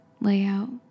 layout